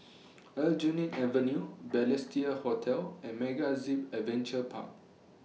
Aljunied Avenue Balestier Hotel and MegaZip Adventure Park